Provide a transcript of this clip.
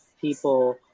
people